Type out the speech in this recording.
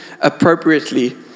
appropriately